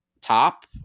top